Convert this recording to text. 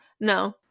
No